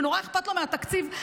שנורא אכפת לו מהתקציב,